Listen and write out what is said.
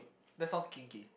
that sounds kinky